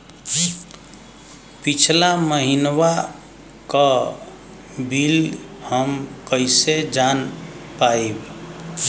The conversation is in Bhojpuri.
पिछला महिनवा क बिल हम कईसे जान पाइब?